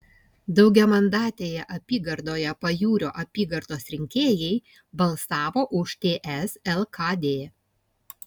daugiamandatėje apygardoje pajūrio apygardos rinkėjai balsavo už ts lkd